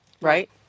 Right